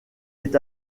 est